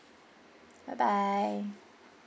bye bye